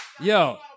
Yo